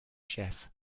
chef